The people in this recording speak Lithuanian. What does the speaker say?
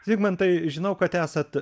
zigmantai žinau kad esat